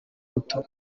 muto